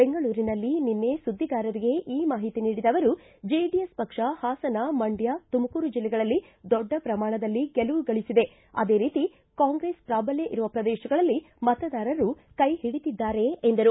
ಬೆಂಗಳೂರಿನಲ್ಲಿ ನಿನ್ನೆ ಸುದ್ದಿಗಾರರಿಗೆ ಈ ಮಾಹಿತಿ ನೀಡಿದ ಅವರು ಜೆಡಿಎಸ್ ಪಕ್ಷ ಹಾಸನ ಮಂಡ್ಯ ತುಮಕೂರು ಜಿಲ್ಲೆಗಳಲ್ಲಿ ದೊಡ್ಡ ಪ್ರಮಾಣದಲ್ಲಿ ಗೆಲುವು ಗಳಿಸಿದೆ ಅದೇ ರೀತಿ ಕಾಂಗ್ರೆಸ್ ಪ್ರಾಬಲ್ಡ ಇರುವ ಪ್ರದೇಶಗಳಲ್ಲಿ ಮತದಾರರು ಕೈ ಹಿಡಿದಿದ್ದಾರೆ ಎಂದರು